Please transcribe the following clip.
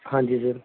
ਹਾਂਜੀ ਸਰ